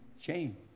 shame